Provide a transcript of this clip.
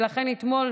ולכן אתמול,